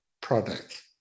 product